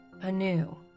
anew